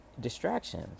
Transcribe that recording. distraction